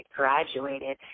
graduated